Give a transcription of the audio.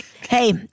hey